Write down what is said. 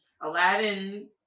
Aladdin